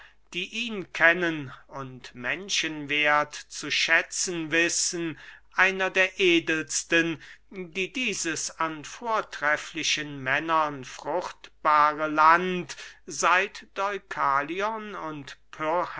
die ihn kennen und menschenwerth zu schätzen wissen einer der edelsten die dieses an vortrefflichen männern fruchtbare land seit deukalion und